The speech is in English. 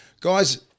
guys